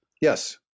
Yes